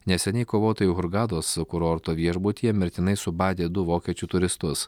neseniai kovotojai hurgados kurorto viešbutyje mirtinai subadė du vokiečių turistus